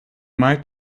might